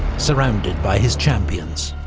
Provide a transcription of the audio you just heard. surrounded by his champions.